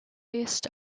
list